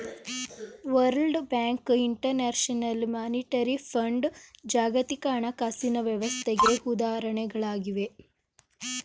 world bank, international monetary fund ಜಾಗತಿಕ ಹಣಕಾಸಿನ ವ್ಯವಸ್ಥೆಗೆ ಉದಾಹರಣೆಗಳಾಗಿವೆ